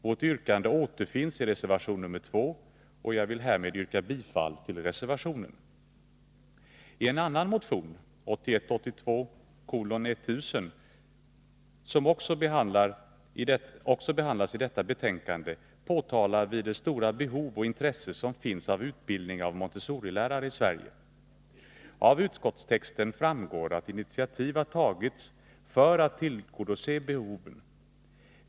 Vårt yrkande återfinns i reservation 2, och jag vill härmed yrka bifall till reservationen. I en annan motion, 1981/82:1000, som också behandlas i detta betänkande påpekar vi det stora behov av och intresse för utbildning av montessorilärare som finns i Sverige. Av utskottstexten framgår att initiativ har tagits för att tillgodose behoven.